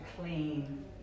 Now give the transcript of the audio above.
clean